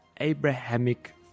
Abrahamic